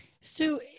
Sue